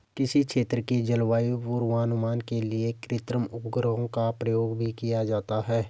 किसी क्षेत्र के जलवायु पूर्वानुमान के लिए कृत्रिम उपग्रहों का प्रयोग भी किया जाता है